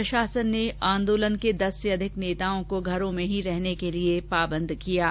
प्रशासन ने आंदोलन के दस से अधिक नेताओं को घरों में ही रहने के लिए पाबंद किया है